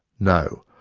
no,